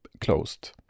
closed